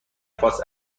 خاص